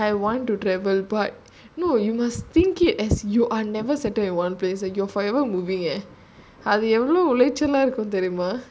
no as in I want to travel but you must think it as you are never settle in one place ah you're forever moving eh அதுஎவ்ளோஉளைச்சலாஇருக்கும்தெரியுமா:adhu evlo ulaichala irukum theriuma